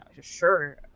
sure